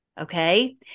Okay